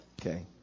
Okay